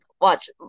watch